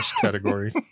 category